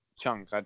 chunk